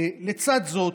לצד זאת,